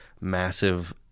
massive